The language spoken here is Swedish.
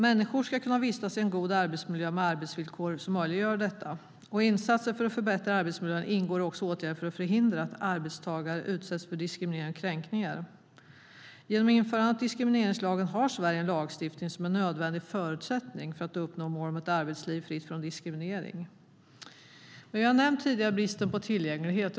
Människor ska kunna vistas i en god arbetsmiljö med arbetsvillkor som möjliggör detta.I insatserna för att förbättra arbetsmiljön ingår åtgärder för att förhindra att arbetstagare utsätts för diskriminering och kränkningar. Genom införandet av diskrimineringslagen har Sverige en lagstiftning som är en nödvändig förutsättning för att uppnå målet om ett arbetsliv fritt från diskriminering. Tidigare nämndes bristen på tillgänglighet.